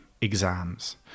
exams